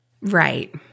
Right